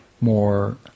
more